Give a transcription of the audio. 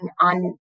on